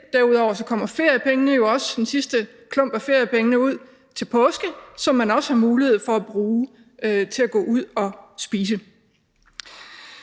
sidste klump af feriepengene, som man også har mulighed for at bruge til at gå ud og spise.